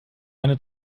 eine